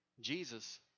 Jesus